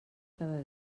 cada